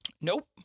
Nope